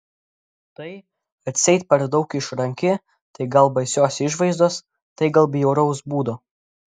tai atseit per daug išranki tai gal baisios išvaizdos tai gal bjauraus būdo